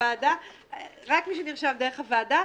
רק מי שנרשם דרך הוועדה.